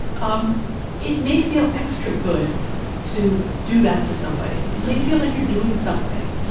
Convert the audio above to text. um it may feel extra good to do that to somebody. it may feel like you're doing something.